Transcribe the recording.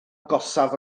agosaf